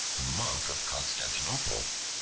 a monk of constantinople,